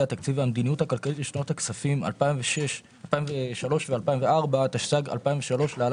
התקציב והמדיניות הכלכלית לשנות הכספים 2003 ו-2004) (תיקון,